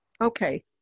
Okay